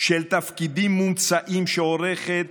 של תפקידים מומצאים שעורכת